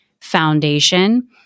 foundation